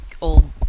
old